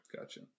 Gotcha